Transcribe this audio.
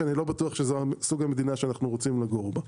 שאני לא בטוח שזה סוג המדינה שאנחנו רוצים לגור בה.